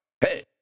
Hey